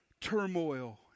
turmoil